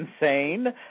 insane